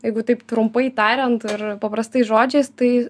jeigu taip trumpai tariant ir paprastais žodžiais tai